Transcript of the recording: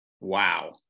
wow